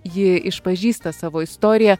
ji išpažįsta savo istoriją